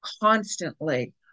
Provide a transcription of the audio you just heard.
constantly